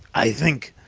i think.